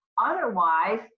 Otherwise